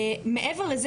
מעבר לזה,